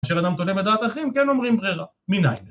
כאשר אדם תולם את דעת אחים, כן אומרים ברירה. מנין?.